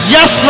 Yes